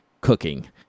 cooking